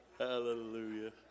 Hallelujah